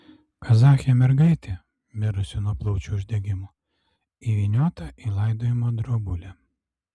kazachė mergaitė mirusi nuo plaučių uždegimo įvyniota į laidojimo drobulę